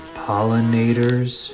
pollinators